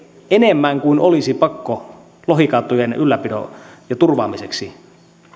enemmän kuin olisi pakko lohikantojen ylläpidon turvaamiseksi